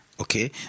Okay